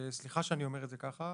וסליחה שאני אומר את זה ככה,